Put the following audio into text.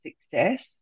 success